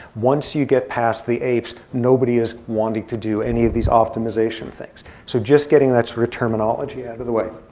once you get past the apes, nobody is wanting to do any of these optimization things. so just getting that sort of terminology out of the way.